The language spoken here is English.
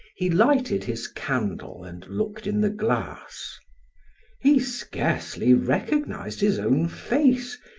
he lighted his candle and looked in the glass he scarcely recognized his own face,